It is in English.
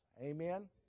Amen